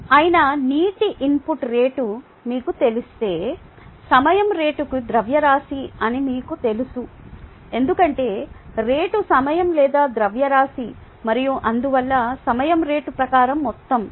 rin అయిన నీటి input rate మీకు తెలిస్తే సమయం రేటుకు ద్రవ్యరాశి అని మీకు తెలుసు ఎందుకంటే రేటు సమయం లేదా ద్రవ్యరాశి మరియు అందువల్ల సమయం రేటు ప్రకారం మొత్తం